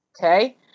Okay